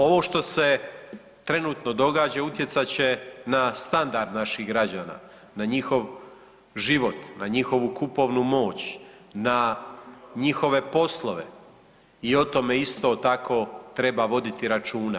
Ovo što se trenutno događa utjecat će na standard naših građana, na njihov život, na njihovu kupovnu moć, na njihove poslove i o tome isto tako treba voditi računa.